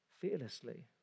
fearlessly